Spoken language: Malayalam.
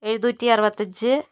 എഴുന്നൂറ്റി അറുപത്തഞ്ച്